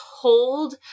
hold